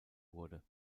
wurde